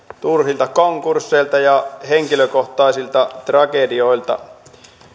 turhilta konkursseilta ja henkilökohtaisilta tragedioilta